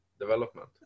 development